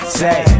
say